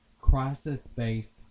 crisis-based